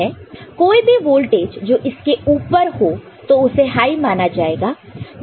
कोई भी वोल्टेज जो इसके ऊपर हो तो उसे हाई माना जाएगा